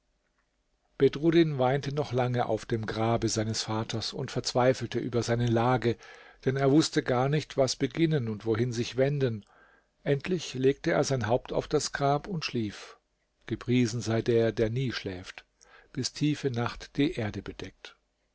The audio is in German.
bedruddin weinte noch lange auf dem grabe seines vaters und verzweifelte über seine lage denn er wußte gar nicht was beginnen und wohin sich wenden endlich legte er sein haupt auf das grab und schlief gepriesen sei der der nie schläft bis tiefe nacht die erde bedeckt